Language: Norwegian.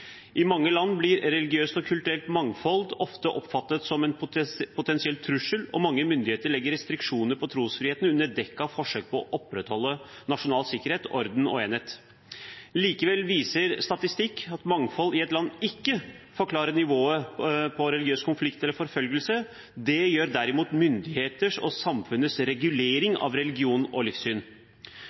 I mange land blir religiøst og kulturelt mangfold ofte oppfattet som en potensiell trussel, og mange myndigheter legger restriksjoner på trosfriheten under dekke av et forsøk på å opprettholde nasjonal sikkerhet, orden og enhet. Likevel viser statistikk at mangfold i et land ikke forklarer nivået på religiøse konflikter eller forfølgelse. Det gjør derimot myndigheters og samfunnets regulering av religion og livssyn.